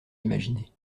imaginées